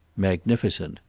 magnificent.